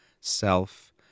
self